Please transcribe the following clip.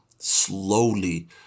slowly